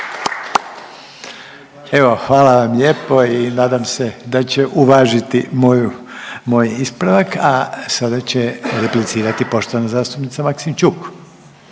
Evo hvala vam lijepo i nadam se da će uvažiti moju, moj ispravak, a sada će replicirati poštovana zastupnica Maksimčuk.